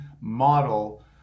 model